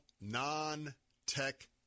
non-tech